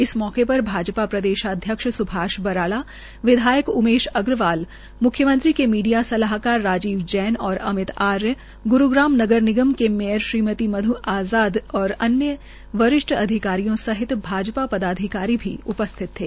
इस मौके पर भाजपा प्रदेशाध्यक्ष सुभाष बराला विधायक उमेश अग्रवाल मुख्यमंत्री के मीडिया सलाहकार राजीव जैन और अमित आर्य ग्रूग्राम नगर निगम की मेयर श्रीमती मध् आज़ाद और अन्य वरिष्ठ अधिकारी सहित भाजपा पदाधिकारी भी उपस्थित थे